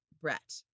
Brett